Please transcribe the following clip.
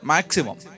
Maximum